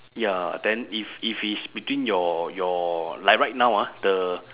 ya then if if it's between your your like right now ah the